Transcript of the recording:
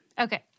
Okay